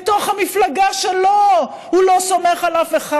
בתוך המפלגה שלו הוא לא סומך על אף אחד.